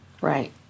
Right